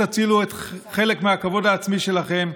תצילו חלק מהכבוד העצמי שלכם,